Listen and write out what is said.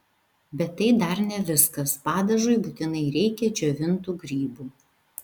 bet tai dar ne viskas padažui būtinai reikia džiovintų grybų